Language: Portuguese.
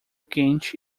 quente